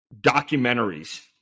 documentaries